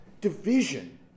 division